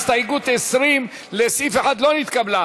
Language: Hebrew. הסתייגות 20 לסעיף 1 לא נתקבלה.